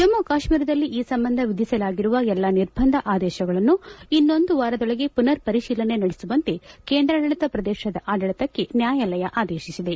ಜಮ್ನು ಕಾಶೀರದಲ್ಲಿ ಈ ಸಂಬಂಧ ವಿಧಿಸಲಾಗಿರುವ ಎಲ್ಲ ನಿರ್ಬಂಧ ಆದೇಶಗಳನ್ನು ಇನ್ನೊಂದು ವಾರದೊಳಗೆ ಮನರ್ ಪರಿಶೀಲನೆ ನಡೆಸುವಂತೆ ಕೇಂದ್ರಾಡಳಿತ ಪ್ರದೇಶದ ಆಡಳಿತಕ್ಷೆ ನ್ನಾಯಾಲಯ ಆದೇಶಿಸಿದೆ